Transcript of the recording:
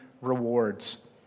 rewards